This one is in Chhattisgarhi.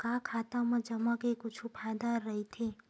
का खाता मा जमा के कुछु फ़ायदा राइथे?